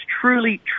truly